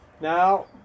Now